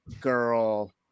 girl